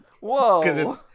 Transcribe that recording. Whoa